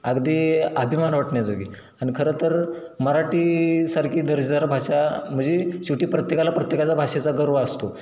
अगदी आभिमान वाटण्याजोगी आणि खरंतर मराठीसारखी दर्जेदार भाषा म्हणजे शेवटी प्रत्येकाला प्रत्येकाचा भाषेचा गर्व असतो